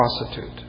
prostitute